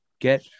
get